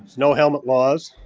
no helmet laws.